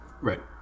Right